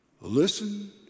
listen